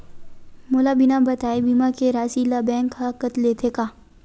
मोला बिना बताय का बीमा के राशि ला बैंक हा कत लेते का?